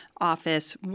Office